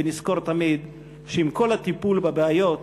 ונזכור תמיד שעם כל הטיפול בבעיות